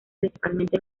principalmente